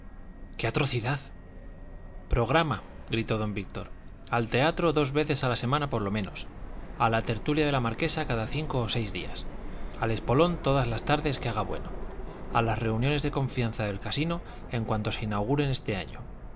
qué atrocidad programa gritó don víctor al teatro dos veces a la semana por lo menos a la tertulia de la marquesa cada cinco o seis días al espolón todas las tardes que haga bueno a las reuniones de confianza del casino en cuanto se inauguren este año